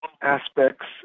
aspects